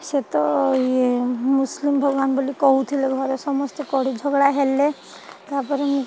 ସେ ତ ଇଏ ମୁସ୍ଲିମ୍ ଭଗବାନ୍ ବୋଲି କହୁଥିଲେ ଘରେ ସମସ୍ତେ କଳି ଝଗଡ଼ା ହେଲେ ତା'ପରେ ମୁଁ